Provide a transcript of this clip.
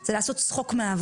זה פשוט לעשות צחוק מהעבודה.